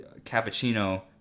Cappuccino